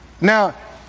Now